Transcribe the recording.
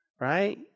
right